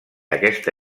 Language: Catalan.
aquesta